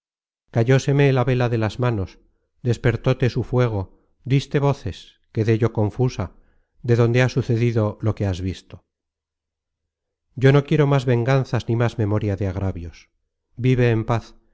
cayóseme la vela de las manos despertóte dido lo que has visto yo no quiero más venganzas ni más memoria de agravios vive en paz